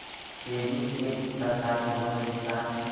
Hedging के भी प्रकार होवअ हई का?